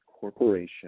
corporation